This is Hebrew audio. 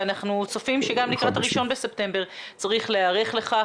אנחנו צופים שגם לקראת ה-1 בספטמבר צריך להיערך לכך